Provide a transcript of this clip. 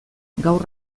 gaur